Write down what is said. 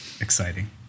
exciting